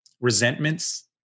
resentments